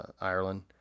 Ireland